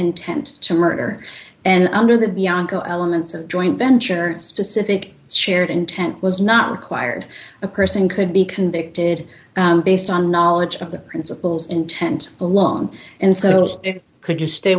intent to murder and under the bianco elements of joint venture specific shared intent was not required a person could be convicted based on knowledge of the principals intent along and so could you stay